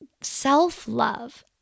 self-love